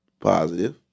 positive